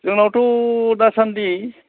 जोंनावथ' दासान्दि